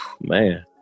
man